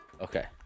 Okay